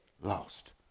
lost